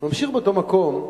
והוא ממשיך באותו מקום: